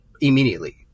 immediately